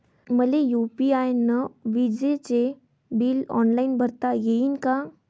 मले यू.पी.आय न विजेचे बिल ऑनलाईन भरता येईन का?